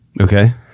Okay